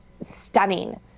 stunning